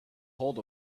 hold